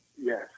Yes